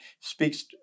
speaks